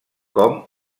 com